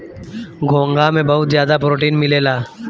घोंघा में बहुत ज्यादा प्रोटीन मिलेला